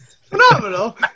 Phenomenal